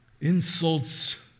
insults